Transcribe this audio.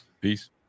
Peace